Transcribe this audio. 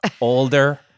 older